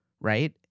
right